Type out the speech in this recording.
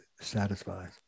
satisfies